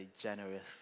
generous